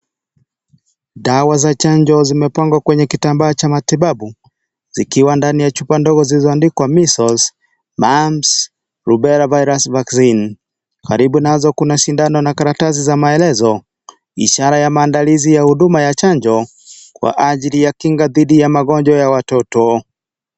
Dawa za chanjo zimepangwa kwenye kitambaa cha matibabu, zikiwa ndani ya chupa ndogo zilizoandikwa "Measles, Mumps, Rubella Virus Vaccine." Karibu nazo kuna sindano na karatasi za maelezo. Ishara ya maandalizi ya huduma ya chanjo kwa ajili ya kinga dhidi ya magonjwa ya watoto.